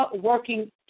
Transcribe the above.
working